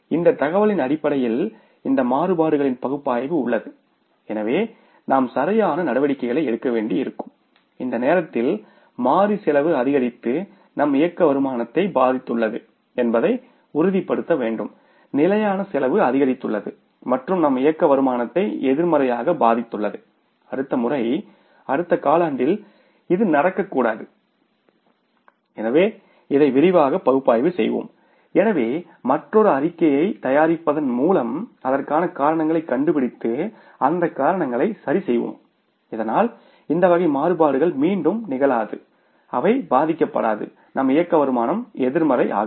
இந்த தகவலின் அடிப்படையில் இந்த மாறுபாடுகளின் பகுப்பாய்வு உள்ளது எனவே நாம் சரியான நடவடிக்கைகளை எடுக்க வேண்டியிருக்கும் இந்த நேரத்தில் மாறி செலவு அதிகரித்து நம் இயக்க வருமானத்தை பாதித்துள்ளது என்பதை உறுதிப்படுத்த வேண்டும் நிலையான செலவு அதிகரித்துள்ளது மற்றும் நம் இயக்க வருமானத்தை எதிர்மறையாக பாதித்துள்ளது அடுத்த முறை அடுத்த காலாண்டில் இது நடக்கக்கூடாது எனவே இதை விரிவாக பகுப்பாய்வு செய்வோம் எனவே மற்றொரு அறிக்கையைத் தயாரிப்பதன் மூலம் அதற்கான காரணங்களைக் கண்டுபிடித்து காரணங்களை சரிசெய்வோம் இதனால் இந்த வகை மாறுபாடுகள் மீண்டும் நிகழாது அவை பாதிக்கப்படாது நம் ஆப்ரேட்டிங் இன்கம் எதிர்மறையாகது